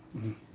mm